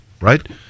right